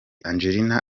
angelina